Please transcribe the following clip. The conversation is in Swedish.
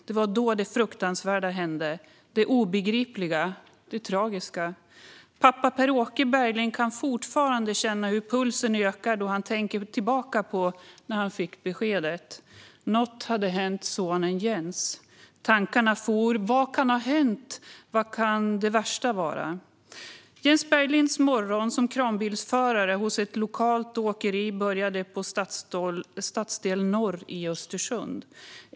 Det var då det fruktansvärda hände - det obegripliga, det tragiska. Pappa Pär-Åke Berglind kan fortfarande känna hur pulsen ökar då han tänker tillbaka på när han fick beskedet. Något hade hänt sonen Jens. Tankarna for. Vad kan hänt? Vad kan det värsta vara? Jens Berglinds morgon som kranbilsförare på ett lokalt åkeri började på Stadsdel Norr i Östersund.